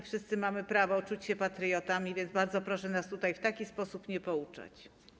Wszyscy mamy prawo czuć się patriotami, więc bardzo proszę nas tutaj w taki sposób nie pouczać.